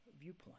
viewpoint